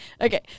Okay